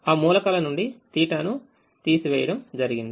ఆ మూలకాల నుండి θ ను తీసివేయడం జరిగింది